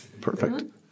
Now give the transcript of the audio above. Perfect